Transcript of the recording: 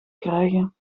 krijgen